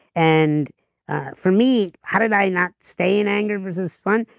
and ah for me, how did i not stay in anger versus fun,